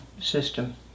system